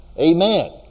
Amen